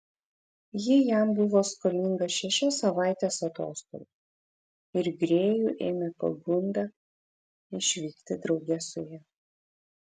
ji jam buvo skolinga šešias savaites atostogų ir grėjų ėmė pagunda išvykti drauge su ja